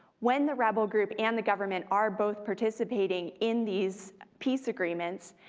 when the rebel group and the government are both participating in these peace agreements,